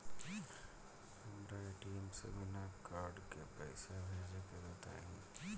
हमरा ए.टी.एम से बिना कार्ड के पईसा भेजे के बताई?